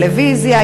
יש טלוויזיה,